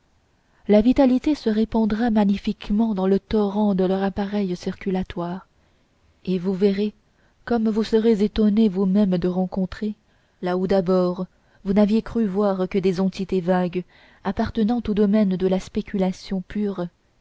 la vitalité se répandra magnifiquement dans le torrent de leur appareil circulatoire et vous verrez comme vous serez étonné vous-même de rencontrer là où d'abord vous n'aviez cru voir que des entités vagues appartenant au domaine de la spéculation pure